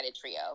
trio